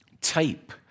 type